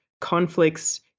conflicts